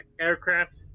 aircraft